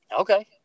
Okay